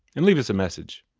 and leave us a message.